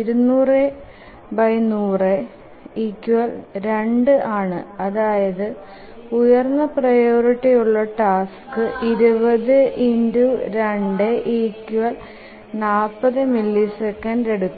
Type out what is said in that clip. ⌈200100⌉2 ആണ് അതായത് ഉയർന്ന പ്രിയോറിറ്റി ഉള്ള ടാസ്ക് 20240മില്ലിസെക്കൻഡ്സ് എടുക്കും